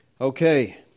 Okay